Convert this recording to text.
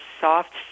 soft